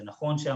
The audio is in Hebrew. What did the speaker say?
זה נכון שהמל"ג